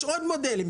יש עוד מודלים.